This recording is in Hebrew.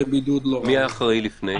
מי היה אחראי לפני?